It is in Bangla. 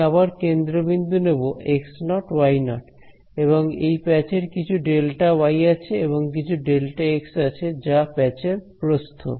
আমি আবার কেন্দ্রবিন্দু নেব x0 y0 এবং এই প্যাচের কিছু Δy আছে এবং কিছু Δx আছে যা প্যাচের প্রস্থ